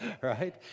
right